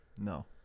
No